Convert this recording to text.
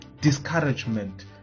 discouragement